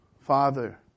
Father